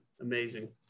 amazing